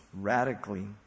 radically